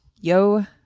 Yo